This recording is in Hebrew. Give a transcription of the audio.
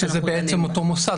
שזה בעצם אותו מוסד.